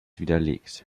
widerlegt